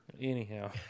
Anyhow